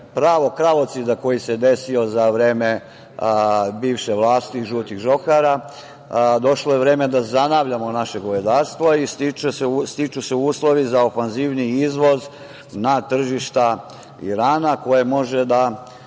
pravog kravocida koji se desio za vreme bivše vlasti, žutih žohara, došlo je vreme da zanavljamo naše govedarstvo i stiču se uslovi za ofanzivniji izvoz na tržište Irana, koje može da